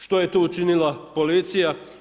Što je tu učinila policija?